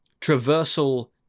traversal